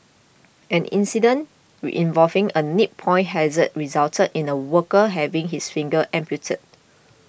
an incident we involving a nip point hazard resulted in a worker having his fingers amputated